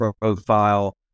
profile